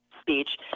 speech